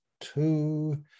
two